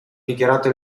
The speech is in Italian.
dichiarato